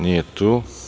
Nije tu.